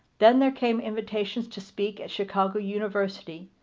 then there came invitations to speak at chicago university,